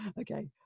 okay